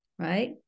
Right